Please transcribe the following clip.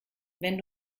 wenn